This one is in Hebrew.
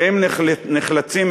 והם נחלצים,